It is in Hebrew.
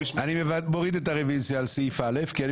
אני מוריד את הרוויזיה על סעיף (א) כי אני